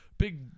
big